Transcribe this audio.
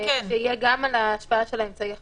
שיהיה גם על ההשפעה של האמצעי החלופי,